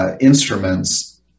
instruments